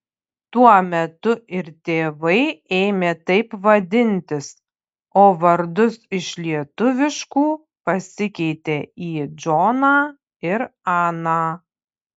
tuo metu ir tėvai ėmė taip vadintis o vardus iš lietuviškų pasikeitė į džoną ir aną